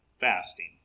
fasting